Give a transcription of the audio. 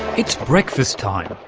it's breakfast time,